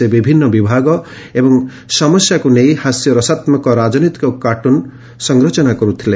ସେ ବିଭିନ୍ନ ବିଭାଗ ଏବଂ ସମସ୍ୟାକୁ ନେଇ ହାସ୍ୟ ରସାତ୍ମକ ରାଜନୈତିକ କାର୍ଟୁନ୍ ସଂରଚନା କରୁଥିଲେ